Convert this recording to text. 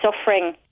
suffering